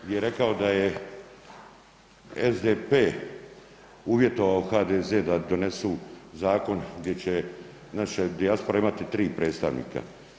Gdje je rekao da je SDP-e uvjetovao HDZ-e da donesu zakon gdje će naše dijaspore imati tri predstavnika.